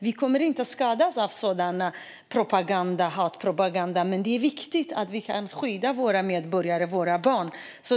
Vi kommer inte att skadas av sådan hatpropaganda, men det är viktigt att vi kan skydda våra medborgare och våra barn.